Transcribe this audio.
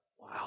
Wow